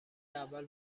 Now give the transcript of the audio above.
اول